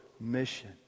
mission